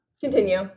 Continue